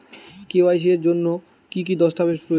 KYC এর জন্যে কি কি দস্তাবেজ প্রয়োজন?